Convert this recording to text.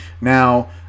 Now